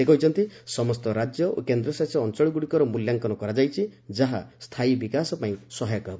ସେ କହିଛନ୍ତି ସମସ୍ତ ରାଜ୍ୟ ଓ କେନ୍ଦ୍ରଶାସିତ ଅଞ୍ଚଳଗୁଡ଼ିକର ମୂଲ୍ୟାଙ୍କନ କରାଯାଇଛି ଯାହା ସ୍ଥାୟୀ ବିକାଶ ପାଇଁ ସହାୟକ ହେବ